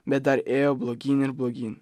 bet dar ėjo blogyn ir blogyn